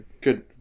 good